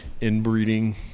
inbreeding